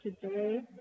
today